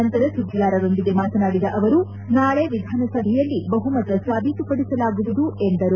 ನಂತರ ಸುದ್ದಿಗಾರರೊಂದಿಗೆ ಮಾತನಾಡಿದ ಅವರು ನಾಳೆ ವಿಧಾನಸಭೆಯಲ್ಲಿ ಬಹಮತ ಸಾಬೀತುಪಡಿಸಲಾಗುವುದು ಎಂದರು